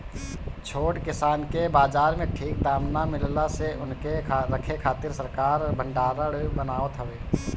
छोट किसान के बाजार में ठीक दाम ना मिलला से उनके रखे खातिर सरकार भडारण बनावत हवे